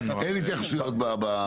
אין התייחסויות בדברים האלה.